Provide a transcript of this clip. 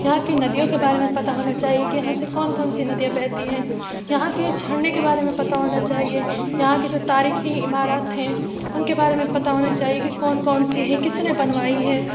یہاں کے ندیوں کے بارے میں پتا ہونا چاہیے کہ یہاں سے کون کون سی ندیاں بہتی ہیں یہاں کے جھرنے کے بارے میں پتا ہونا چاہیے یہاں کے جو تاریخی عمارات ہیں اُن کے بارے میں پتا ہونا چاہیے کہ کون کون سی ہیں کس نے بنوائی ہے